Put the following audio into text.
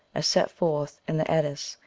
as set forth in the eddas,